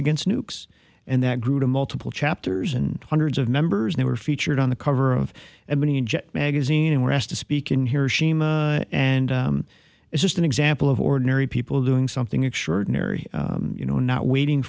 against nukes and that grew to multiple chapters and hundreds of members they were featured on the cover of ebony and jet magazine and were asked to speak in hiroshima and it's just an example of ordinary people doing something extraordinary you know not waiting